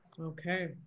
Okay